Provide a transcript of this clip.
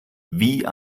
wie